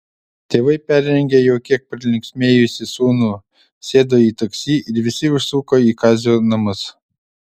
tėvai perrengė jau kiek pralinksmėjusį sūnų sėdo į taksi ir visi užsuko į kazio namus